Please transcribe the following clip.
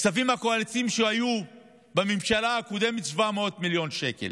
הכספים הקואליציוניים שהיו בממשלה הקודמת היו 700 מיליון שקל,